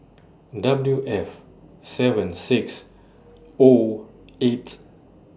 W F seven six O eight